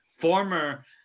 former –